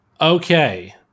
okay